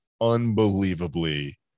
unbelievably